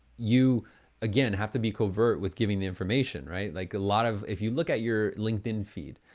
you again have to be covert with giving the information, right? like a lot of if you look at your linkedin feed,